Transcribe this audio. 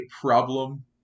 problem